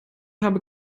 habe